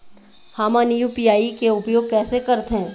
हमन यू.पी.आई के उपयोग कैसे करथें?